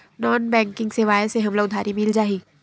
Non banking सेवाएं से हमला उधारी मिल जाहि?